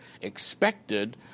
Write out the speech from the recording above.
expected